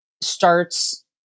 starts